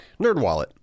NerdWallet